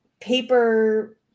paper